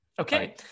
okay